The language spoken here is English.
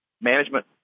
Management